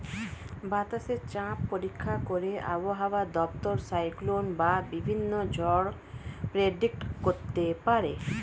বাতাসে চাপ পরীক্ষা করে আবহাওয়া দপ্তর সাইক্লোন বা বিভিন্ন ঝড় প্রেডিক্ট করতে পারে